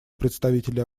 представителя